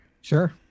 Sure